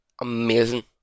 amazing